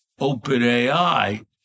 OpenAI